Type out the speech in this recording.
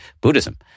Buddhism